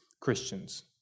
Christians